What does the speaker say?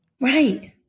Right